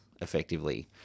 effectively